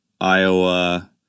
Iowa